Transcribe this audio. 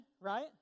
right